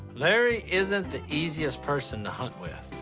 larry isn't the easiest person to hunt with,